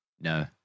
No